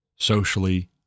socially